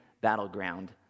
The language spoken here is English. battleground